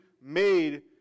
made